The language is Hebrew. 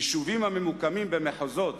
יישובים במחוזות